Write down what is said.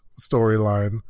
storyline